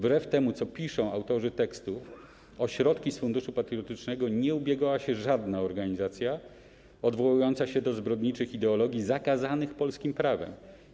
Wbrew temu, co piszą autorzy tekstów, o środki z Funduszu Patriotycznego nie ubiegała się żadna organizacja odwołująca się do zbrodniczych ideologii zakazanych polskim prawem.